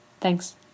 Thanks